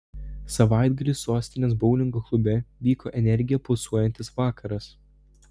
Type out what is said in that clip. savaitgalį sostinės boulingo klube vyko energija pulsuojantis vakaras